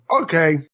okay